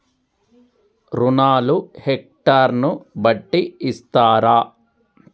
రుణాలు హెక్టర్ ని బట్టి ఇస్తారా?